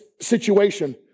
situation